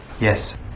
Yes